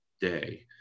day